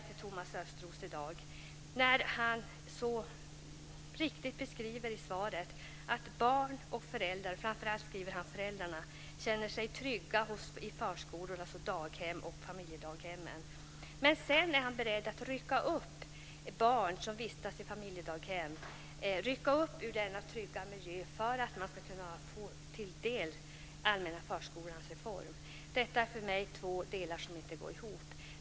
Thomas Östros skriver mycket riktigt i svaret att barn och föräldrar - framför allt föräldrar - känner sig trygga med förskolor, daghem och familjedaghem. Men sedan är han beredd att rycka upp de barn som vistas i familjedaghem ur denna trygga miljö för att de ska kunna ta del av reformen med allmänna förskolan. Dessa två delar går inte ihop för mig.